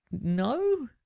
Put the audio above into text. no